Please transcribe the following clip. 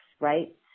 right